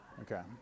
okay